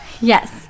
Yes